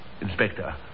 Inspector